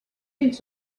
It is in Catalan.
fills